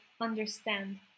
understand